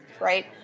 right